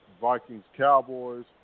Vikings-Cowboys